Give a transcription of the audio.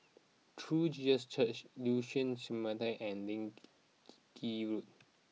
True Jesus Church Liuxun and Lee Keng Road